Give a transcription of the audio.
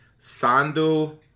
Sando